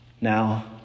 Now